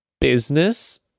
business